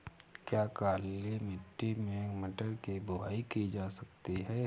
क्या काली मिट्टी में मटर की बुआई की जा सकती है?